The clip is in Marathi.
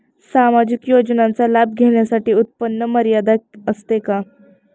सामाजिक योजनांचा लाभ घेण्यासाठी उत्पन्न मर्यादा असते का?